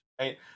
Right